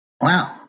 wow